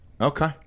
Okay